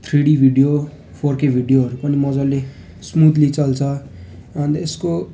three D video four K भिडियोहरू पनि मजाले स्मुथली चल्छ अन्त यसको